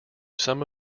some